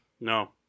No